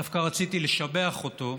דווקא רציתי לשבח אותו.